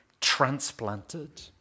transplanted